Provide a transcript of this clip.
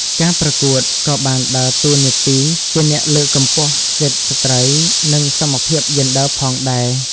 ការប្រកួតក៏បានដើរតួនាទីជាអ្នកលើកកម្ពស់សិទ្ធិស្រ្តីនិងសមភាពយេនឌ័រផងដែរ។